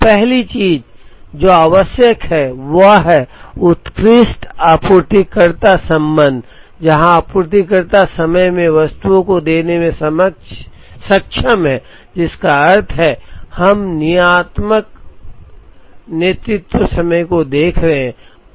तो पहली चीज जो आवश्यक है वह है उत्कृष्ट आपूर्तिकर्ता संबंध जहां आपूर्तिकर्ता समय में वस्तुओं को देने में सक्षम है जिसका अर्थ है हम नियतात्मक नेतृत्व समय को देख रहे हैं